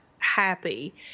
happy